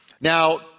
Now